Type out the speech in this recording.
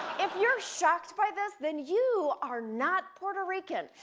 if you're shocked by this, then you are not puerto rican.